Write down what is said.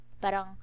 Parang